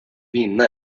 vinna